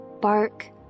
bark